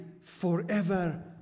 forever